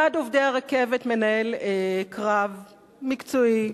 ועד עובדי הרכבת מנהל קרב מקצועי,